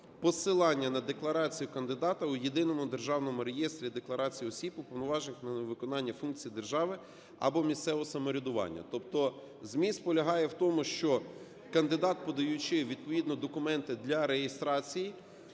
"посилання на декларацію кандидата у Єдиному державному реєстрі декларацій осіб, уповноважених на виконання функцій держави або місцевого самоврядування". Тобто, зміст полягає в тому, що кандидат, подаючи відповідно документи для реєстрації,